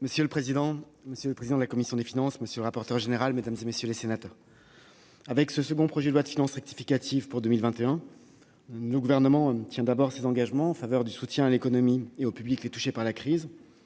Monsieur le président, monsieur le président de la commission des finances, monsieur le rapporteur général, mesdames, messieurs les sénateurs, avec ce second projet de loi de finances rectificative pour 2021, le Gouvernement tient d'abord ses engagements en faveur du soutien à l'économie et aux publics les plus touchés par la crise.